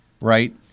right